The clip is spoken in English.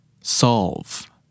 solve